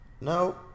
No